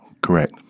Correct